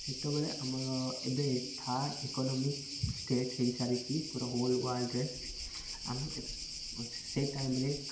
ସେତେବେଳେ ଆମର ଏବେ ଥାର୍ଡ଼ ଇକୋନୋମିକ୍ ଷ୍ଟେଟ୍ ହେଇସାରିଛି ପୁରା ହୋଲ୍ ୱାର୍ଲଡ଼ରେ ଆମେ ସେଇ ଟାଇମ୍ରେ